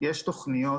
יש תוכניות,